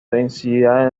densidad